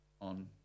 on